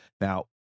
Now